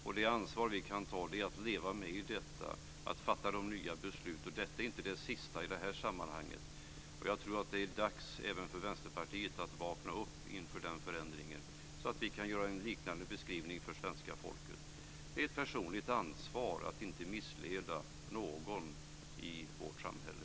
Vi kan ta ansvar för detta och fatta nya beslut. Det beslut vi ska fatta i dag är inte det sista i detta sammanhang. Jag tror att det är dags även för Vänsterpartiet att vakna upp inför den förändringen, så att vi kan beskriva EU på samma sätt för svenska folket. Vi har ett personligt ansvar för att inte missleda någon i vårt samhälle.